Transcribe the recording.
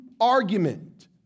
argument